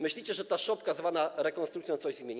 Myślicie, że ta szopka, zwana rekonstrukcją, coś zmieni.